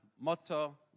motto